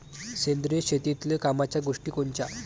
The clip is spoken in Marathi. सेंद्रिय शेतीतले कामाच्या गोष्टी कोनच्या?